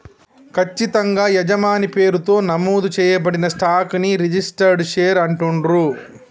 ఖచ్చితంగా యజమాని పేరుతో నమోదు చేయబడిన స్టాక్ ని రిజిస్టర్డ్ షేర్ అంటుండ్రు